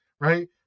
Right